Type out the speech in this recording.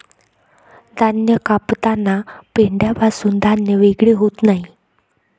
धान्य कापताना पेंढ्यापासून धान्य वेगळे होत नाही